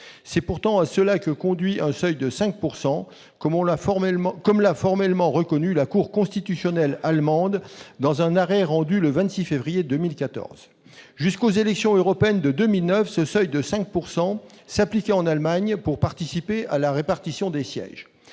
C'est pourtant à cela que conduit un seuil de 5 %, comme l'a formellement reconnu la cour constitutionnelle allemande dans un arrêt du 26 février 2014. Jusqu'aux élections européennes de 2009, ce seuil de 5 % s'appliquait en Allemagne pour participer à la répartition des sièges.